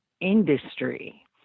industry